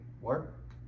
work